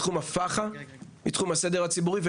בתחום הפח״ע ובתחום הסדר הציבורי.